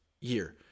year